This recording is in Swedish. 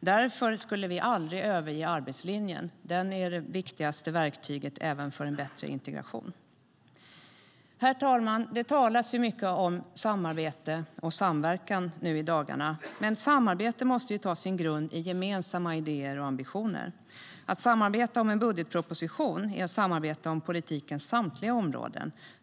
Därför skulle vi aldrig överge arbetslinjen. Den är det viktigaste verktyget även för en bättre integration. Herr talman! Det talas i dagarna mycket om samarbete och samverkan, men samarbete måste ha sin grund i gemensamma idéer och ambitioner. Att samarbeta om en budgetproposition är att samarbeta om politikens samtliga områden.